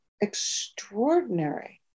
extraordinary